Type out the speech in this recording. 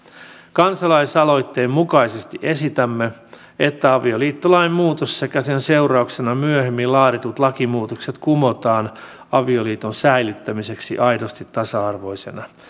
kansalaisaloitteen mukaisesti esitämme että avioliittolain muutos sekä sen seurauksena myöhemmin laaditut lakimuutokset kumotaan avioliiton säilyttämiseksi aidosti tasa arvoisena